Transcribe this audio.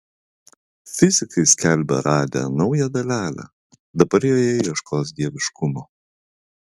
fizikai skelbia radę naują dalelę dabar joje ieškos dieviškumo